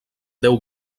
déu